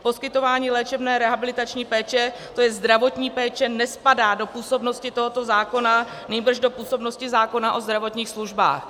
Poskytování léčebné rehabilitační péče, to je zdravotní péče, nespadá do působnosti tohoto zákona, nýbrž do působnosti zákona o zdravotních službách.